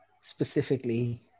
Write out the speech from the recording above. specifically